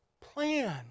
plan